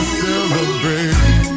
celebrate